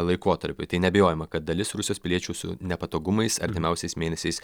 laikotarpiui tai neabejojama kad dalis rusijos piliečių su nepatogumais artimiausiais mėnesiais